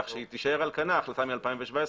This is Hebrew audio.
כך שתישאר על כנה ההחלטה מ-2017,